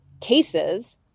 cases